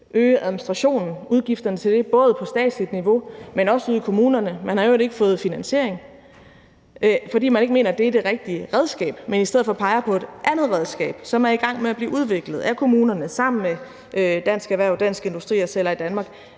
øge administrationen og udgifterne til det, både på statsligt niveau, men også ude i kommunerne – man har i øvrigt ikke fået en finansiering – fordi nogen ikke mener, at det er det rigtige redskab, men i stedet for peger på et andet redskab, som er i gang med at blive udviklet af kommunerne sammen med Dansk Erhverv, Dansk Industri og Selveje Danmark,